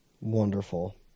Wonderful